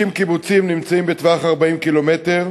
50 קיבוצים נמצאים בטווח 40 קילומטר,